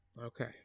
okay